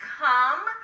Come